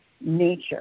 nature